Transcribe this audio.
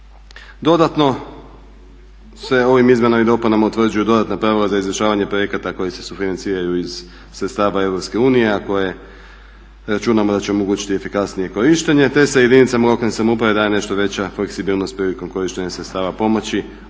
Dodatno se ovim izmjenama i dopunama utvrđuju dodatna pravila za izvršavanje projekata koji se sufinanciraju iz sredstava EU a koje računamo da će omogućiti efikasnije korištenje te se jedinicama lokalne samouprave daje nešto veća fleksibilnost prilikom korištenja sredstava pomoći,